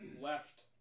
left